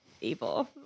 evil